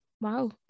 wow